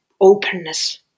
openness